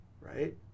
right